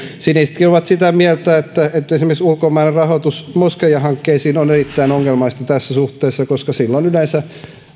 sinisetkin ovat sitä mieltä että että esimerkiksi ulkomainen rahoitus moskeijahankkeisiin on erittäin ongelmallista tässä suhteessa koska silloin yleensä